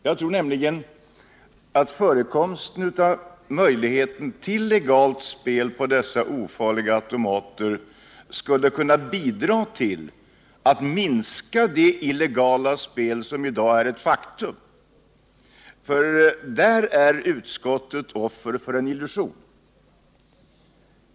Jag tror nämligen att möjligheten till legalt spel på dessa ofarliga automater skulle kunna bidra till att minska det illegala spel som i dag är ett faktum. Där är utskottet offer för en illusion.